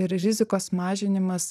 ir rizikos mažinimas